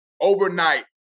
overnight